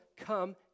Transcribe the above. come